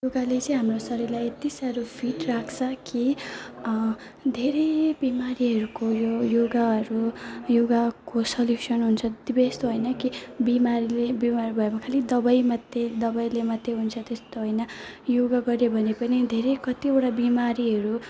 योगाले चाहिँ हाम्रो शरीरलाई यत्ति साह्रो फिट राख्छ कि धेरै बिमारीहरूको योगाहरू योगाको सोल्युसन हुन्छ तब यस्तो होइन कि बिमारीले बिमार भयो भने खाली दबाई मात्रै दबाईले मात्रै हुन्छ त्यस्तो होइन योगा गर्यो भने पनि धेरै कतिवटा बिमारीहरू